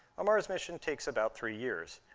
a mars mission takes about three years.